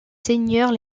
seigneurs